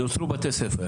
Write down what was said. והופיעו בתי ספר